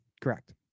Correct